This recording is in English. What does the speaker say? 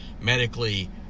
medically